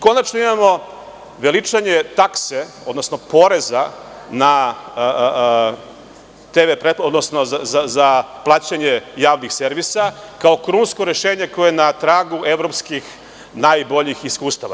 Konačno, imamo veličanje takse, odnosno poreza za plaćanje javnih servisa kao krunsko rešenje koje je na tragu evropskih najboljih iskustava.